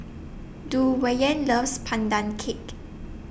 Duwayne loves Pandan Cake